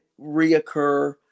reoccur